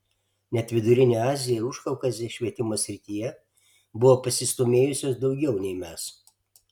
net vidurinė azija ir užkaukazė švietimo srityje buvo pasistūmėjusios daugiau nei mes